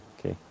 Okay